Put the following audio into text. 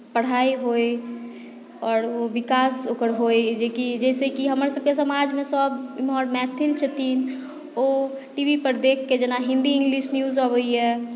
पढ़ाइ होय आओर ओ विकास ओकर होय जेकि जाहिसँ कि हमरसभके समाजमे सभ इमहर मैथिल छथिन ओ टीवीपर देखिके जेना हिन्दी इङ्गलिश न्यूज अबैए